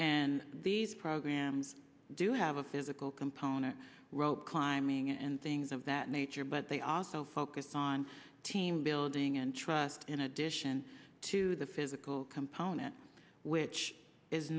and these programs do have a physical component rope climbing and things of that nature but they also focus on team building and trust in addition to the physical component which is